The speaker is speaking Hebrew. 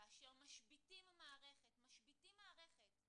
כאשר משביתים מערכת על